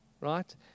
right